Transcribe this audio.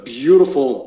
beautiful